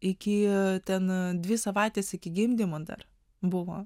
iki ten dvi savaites iki gimdymo dar buvo